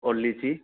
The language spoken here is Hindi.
और लीची